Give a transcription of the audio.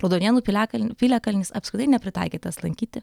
raudonėnų piliakalnio piliakalnis apskritai nepritaikytas lankyti